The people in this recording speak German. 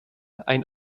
ein